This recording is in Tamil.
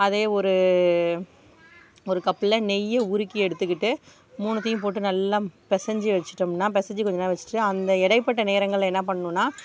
அதே ஒரு ஒரு கப்பில் நெய்யை உருக்கி எடுத்துக்கிட்டு மூணுத்தையும் போட்டு நல்லா பிசைஞ்சி வச்சுட்டோம்னா பிசைஞ்சி கொஞ்ச நேரம் வச்சுட்டு அந்த இடைப்பட்ட நேரங்களில் என்ன பண்ணணுனால்